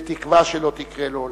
בתקווה שלא תקרה לעולם.